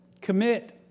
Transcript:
Commit